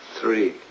Three